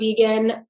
vegan